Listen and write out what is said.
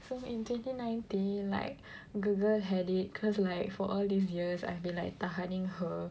so in twenty nineteen like girl girl headache cause like for all these years I've been like tahaning her